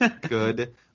Good